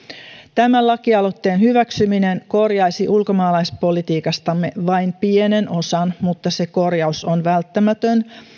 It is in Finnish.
tämän lakialoitteen hyväksyminen korjaisi ulkomaalaispolitiikastamme vain pienen osan mutta se korjaus on välttämätön